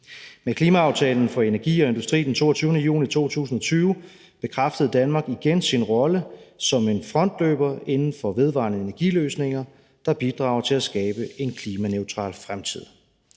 Med klimaaftalen for energi og industri den 22. juni 2020 bekræftede Danmark igen sin rolle som en frontløber inden for vedvarende energi-løsninger, der bidrager til at skabe en klimaneutral fremtid.